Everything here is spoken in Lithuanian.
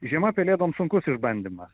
žiema pelėdoms sunkus išbandymas